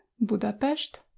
Budapest